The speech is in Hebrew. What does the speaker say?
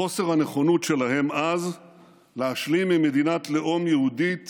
חוסר הנכונות שלהם אז להשלים עם מדינת לאום יהודית